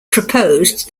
proposed